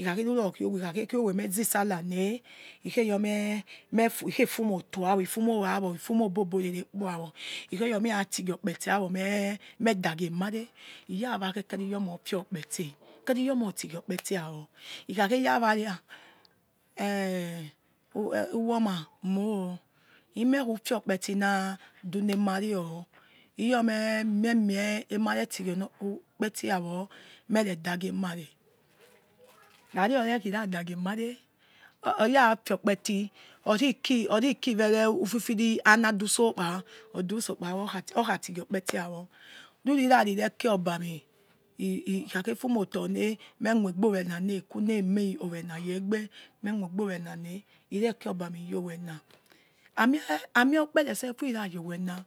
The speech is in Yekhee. ikhakeruro kione ikha kwowe mezisallane yoei meh efumi motor yawor ifumor obobore rekpohayo ikhor meratighi okpeti yawor meh meh dagie mare iyawa khi ekeri yor ma ofi okpeti eh ekeriyor ma otighio kpeiti ar ikhake ya wari na eh uwonlma moh imiekh fiow kpti na dune mario iyor meh nwe emaretighi oni okpti awo me nedagie emare rari ore khi nadeghe emare oyafio kperi ori kiwere ufifiri anaduso kpa ordu tuso kpawo okhatigi okpeti awor rui rari reke obami irui ikakhefu motor neh memoiegbe owena neh ikunima owena yegbe memoiegbe owena na ireke obami yor owena amie ukpere selfu ira yor wena